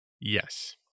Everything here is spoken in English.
Yes